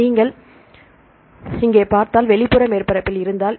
நீங்கள் இங்கே பார்த்தால் வெளிப்புற மேற்பரப்பில் இருந்தால்